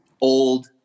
old